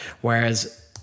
Whereas